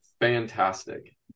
fantastic